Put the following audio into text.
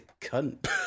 cunt